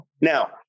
Now